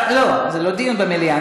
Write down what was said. לא, זה לא דיון במליאה.